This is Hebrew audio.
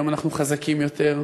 היום אנחנו חזקים יותר,